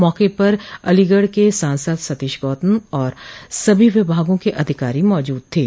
मौके पर अलीगढ़ के सांसद सतीश गौतम और सभी विभागों के अधिकारी मौजूद थे